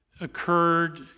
occurred